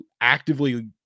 actively